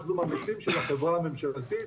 אנחנו ממליצים שלחברה הממשלתית